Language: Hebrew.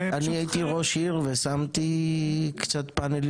אני הייתי ראש עיר ושמתי קצת פאנלים